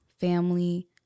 family